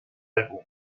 álbum